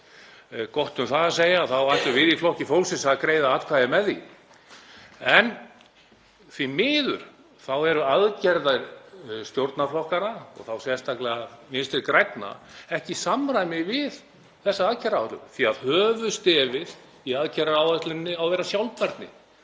gott um það að segja, ætlum við í Flokki fólksins að greiða atkvæði með því. En því miður eru aðgerðir stjórnarflokkanna, og þá sérstaklega Vinstri grænna, ekki í samræmi við þessa aðgerðaáætlun því aðhöfuðstefið í aðgerðaáætluninni á að vera sjálfbærni.